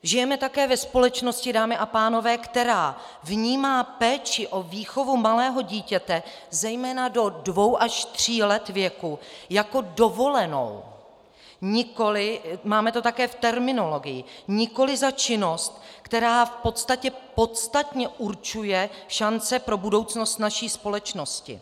Žijeme také ve společnosti, dámy a pánové, která vnímá péči o výchovu malého dítěte zejména dvou až tří let věku jako dovolenou, máme to také v terminologii, nikoli za činnost, která v podstatě podstatně určuje šance pro budoucnost naší společnosti.